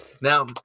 Now